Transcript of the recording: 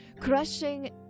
crushing